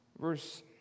verse